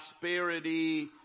prosperity